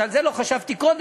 שעל זה לא חשבתי קודם,